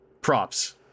props